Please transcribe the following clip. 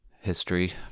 history